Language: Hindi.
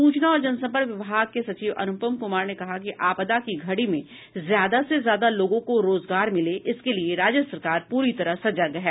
सूचना और जनसंपर्क विभाग के सचिव अनूपम कुमार ने कहा कि आपदा की घड़ी में ज्यादा से ज्यादा लोगों को रोजगार मिले इसके लिए राज्य सरकार पूरी तरह सजग है